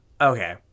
Okay